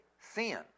sin